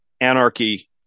anarchy